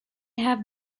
have